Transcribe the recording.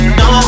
no